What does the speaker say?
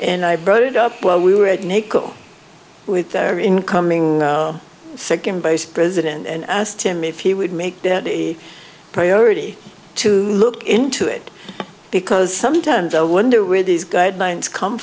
and i brought it up when we were at nickel with their incoming second base president and i asked him if he would make it a priority to look into it because sometimes i wonder where these guidelines come